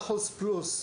100 אחוז ויותר,